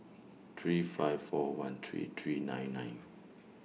three five four one three three nine nine